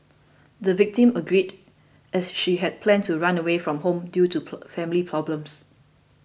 the victim agreed as she had planned to run away from home due to family problems